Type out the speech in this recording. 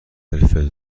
فلفل